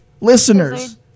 Listeners